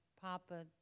Papa